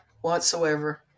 whatsoever